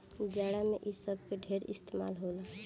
जाड़ा मे इ सब के ढेरे इस्तमाल होला